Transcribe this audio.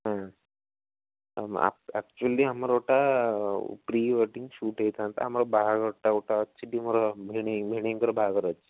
ହଁ ହଁ ଆକ୍ଚୁଲି ଆମର ଗୋଟେ ପ୍ରେୱେଡ଼ିଙ୍ଗ୍ ସୁଟ୍ ହେଇଥାଆନ୍ତା ଆମର ବହାଘରଟା ଗୋଟେ ଅଛି ଟି ମୋର ଭିଣେଇ ଭେଣେଇଙ୍କର ବାହାଘର ଅଛି